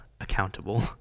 accountable